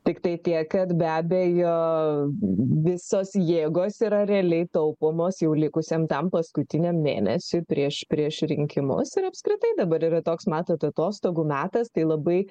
tiktai tiek kad be abejo visos jėgos yra realiai taupomos jau likusiam tam paskutiniam mėnesiui prieš prieš rinkimus ir apskritai dabar yra toks matote atostogų metas tai labai